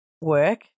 work